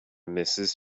mrs